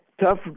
tough